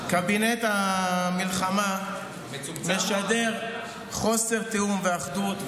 קבינט המלחמה משדר חוסר תיאום ואחדות,